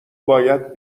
باید